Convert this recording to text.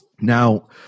Now